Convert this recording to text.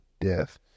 death